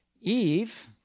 Eve